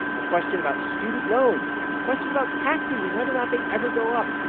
a question about student loans, a question about taxes and whether or not they ever go up.